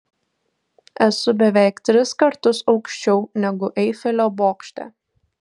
esu beveik tris kartus aukščiau negu eifelio bokšte